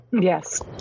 yes